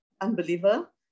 unbeliever